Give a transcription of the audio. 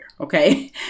okay